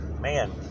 Man